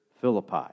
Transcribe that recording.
Philippi